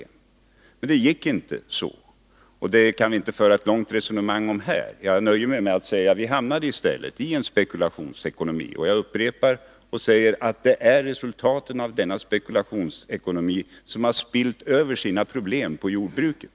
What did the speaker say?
Men det gick inte så. Det kan vi inte föra ett långt resonemang om här, utan jag nöjer mig med att säga att vi i stället hamnade i en spekulationsekonomi. Och jag upprepar att det är resultaten av denna spekulationsekonomi som har ” spillt över” sina problem på jordbruket.